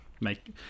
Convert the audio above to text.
make